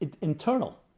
internal